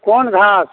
कोन घास